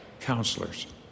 counselors